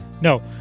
No